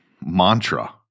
mantra